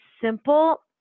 simple